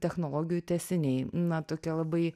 technologijų tęsiniai na tokia labai